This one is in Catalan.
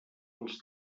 els